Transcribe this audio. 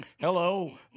Hello